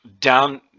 down